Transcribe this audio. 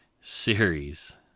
series